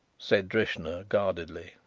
said drishna guardedly.